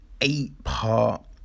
eight-part